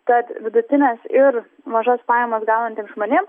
tad vidutines ir mažas pajamas gaunantiem žmonėm